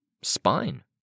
spine